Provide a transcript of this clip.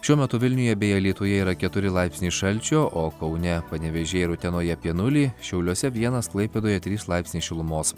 šiuo metu vilniuje bei alytuje yra keturi laipsniai šalčio o kaune panevėžyje ir utenoje apie nulį šiauliuose vienas klaipėdoje trys laipsniai šilumos